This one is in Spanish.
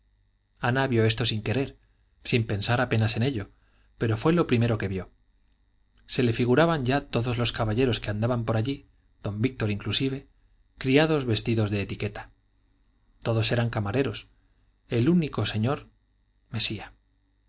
vio esto sin querer sin pensar apenas en ello pero fue lo primero que vio se le figuraban ya todos los caballeros que andaban por allí don víctor inclusive criados vestidos de etiqueta todos eran camareros el único señor mesía